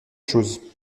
chose